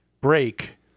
break